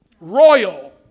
royal